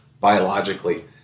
biologically